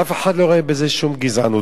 אף אחד לא רואה בזה שום גזענות.